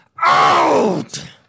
out